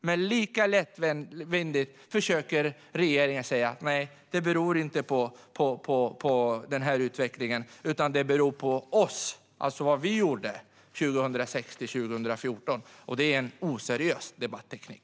Men regeringen säger lättvindigt att det inte beror på den här utvecklingen, utan att det beror på oss, alltså vad vi gjorde 2006-2014. Det är en oseriös debatteknik.